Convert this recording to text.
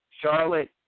Charlotte